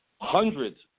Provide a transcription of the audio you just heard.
hundreds